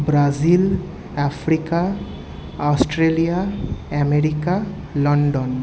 Brazil Africa Australia America London